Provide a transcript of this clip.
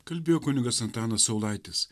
kalbėjo kunigas antanas saulaitis